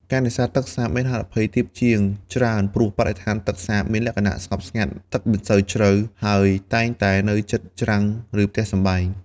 ការនេសាទទឹកសាបមានហានិភ័យទាបជាងច្រើន ព្រោះបរិស្ថានទឹកសាបមានលក្ខណៈស្ងប់ស្ងាត់ ទឹកមិនសូវជ្រៅ ហើយតែងតែនៅជិតច្រាំងឬផ្ទះសម្បែង។